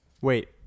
Wait